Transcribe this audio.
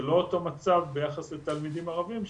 זה לא אותו מצב ביחס לתלמידים ערבים,